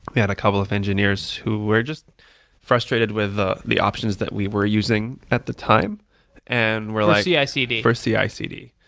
we had a couple of engineers who were just frustrated with the the options that we were using at the time and we're like for cicd.